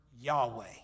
Yahweh